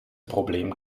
problem